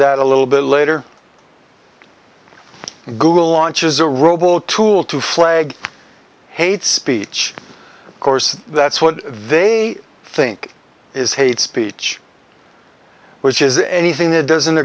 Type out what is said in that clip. that a little bit later google launches a robo tool to flag hate speech of course that's what they think is hate speech which is anything that doesn't